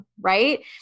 Right